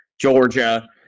Georgia